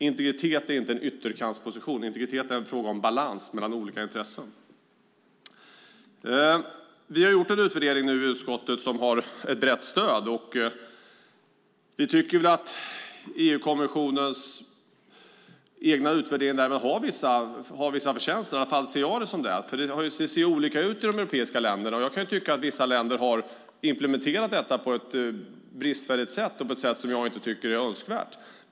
Integritet är inte någon ytterkantsposition utan en fråga om balans mellan olika intressen. Vi har gjort en utvärdering i utskottet som har ett brett stöd. Vi tycker att EU-kommissionens egen utvärdering därmed har vissa förtjänster. I alla fall ser jag det så. Det ser olika ut i de europeiska länderna, och jag kan tycka att vissa länder har implementerat detta på ett bristfälligt sätt som jag inte tycker är önskvärt.